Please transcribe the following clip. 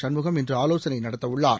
Shanmugam இன்றுஆலோசனைநடத்தவுள்ளார்